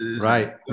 Right